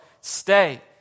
stay